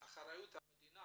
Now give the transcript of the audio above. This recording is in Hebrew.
המדינה